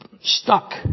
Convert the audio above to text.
stuck